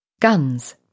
Guns